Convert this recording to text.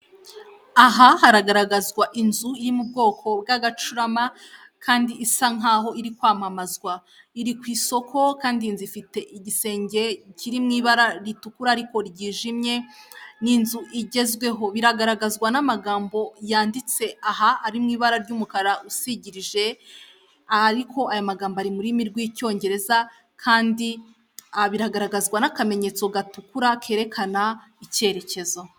Aha haragaragazwa inzu iri mu bwoko bw'agacurama kandi isa nk'aho iri kwamamazwa, iri ku isoko kandi inzu ifite igisenge kiri mu ibara ritukura ariko ryijimye, ni inzu igezweho biragaragazwa n'amagambo yanditse aha arimo ibara ry'umukara usigirije, ariko aya magambo ari murimi rw'icyongereza kandi biragaragazwa n'akamenyetso gatukura kerekana icyerekezo.